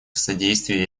содействии